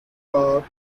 park